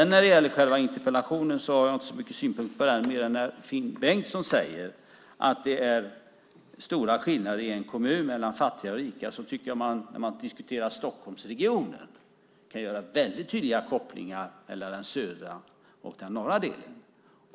När det gäller själva interpellationen har jag inte så många synpunkter. Men när Finn Bengtsson säger att det är stora skillnader i en kommun mellan fattiga och rika, tycker jag att när man diskuterar Stockholmsregionen kan man göra väldigt tydliga kopplingar mellan den södra och den norra delen.